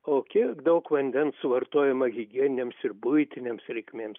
o kiek daug vandens suvartojama higieninėms ir buitinėms reikmėms